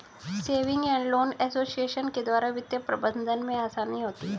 saving and loan association के द्वारा वित्तीय प्रबंधन में आसानी होती है